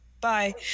bye